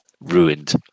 ruined